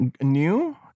New